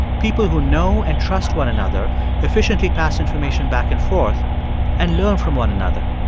people who know and trust one another efficiently pass information back and forth and learn from one another.